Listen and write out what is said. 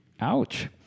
Ouch